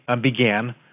began